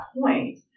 point